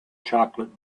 chocolate